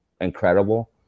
incredible